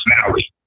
personality